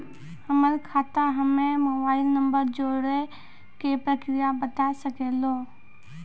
हमर खाता हम्मे मोबाइल नंबर जोड़े के प्रक्रिया बता सकें लू?